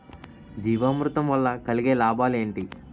జీవామృతం వల్ల కలిగే లాభాలు ఏంటి?